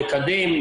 לקדם,